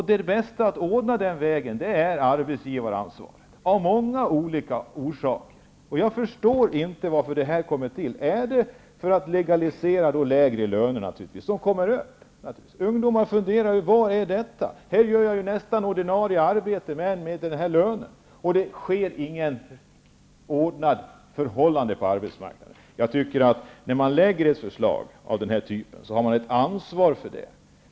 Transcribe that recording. Bästa sättet att lösa det problemet på är, av många olika orsaker, med hjälp av arbetsgivaransvar. Jag förstår inte varför ert förslag läggs fram. Är det för att legalisera lägre löner? Det kommer ju att innebära lägre löner. Ungdomar kommer att fundera: Vad är detta? Här gör jag nästan ett ordinarie arbete, men med lägre lön och utan ordnade förhållanden på arbetsmarknaden. När man lägger fram ett förslag har man ansvar för förslaget.